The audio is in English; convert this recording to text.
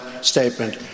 statement